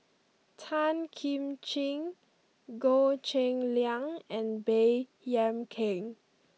Tan Kim Ching Goh Cheng Liang and Baey Yam Keng